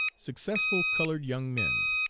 successful colored young men.